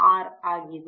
ಆಗಿದೆ